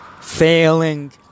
failing